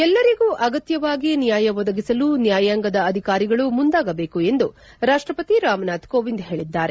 ಎಲ್ಲರಿಗೂ ಅಗತ್ಯವಾಗಿ ನ್ಯಾಯ ಒದಗಿಸಲು ನ್ಯಾಯಾಂಗದ ಅಧಿಕಾರಿಗಳು ಮುಂದಾಗಬೇಕು ಎಂದು ರಾಷ್ಷಪತಿ ರಾಮನಾಥ್ ಕೋವಿಂದ್ ಹೇಳಿದ್ದಾರೆ